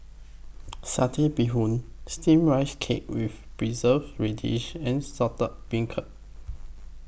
Satay Bee Hoon Steamed Rice Cake with Preserved Radish and Saltish Beancurd